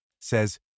says